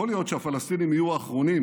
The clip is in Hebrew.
יכול להיות שהפלסטינים יהיו האחרונים,